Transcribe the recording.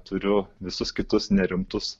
turiu visus kitus nerimtus